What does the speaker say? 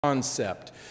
concept